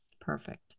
perfect